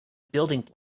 building